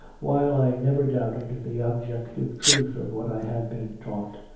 while i never doubted the objective truth of what i had been taught,